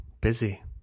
busy